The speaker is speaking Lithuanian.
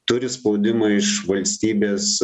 turi spaudimą iš valstybės